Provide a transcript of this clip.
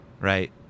right